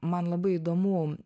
man labai įdomu